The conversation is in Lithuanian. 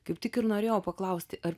kaip tik ir norėjau paklausti ar